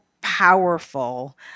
powerful